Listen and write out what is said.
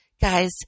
Guys